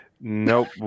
Nope